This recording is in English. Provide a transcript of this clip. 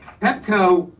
pepco,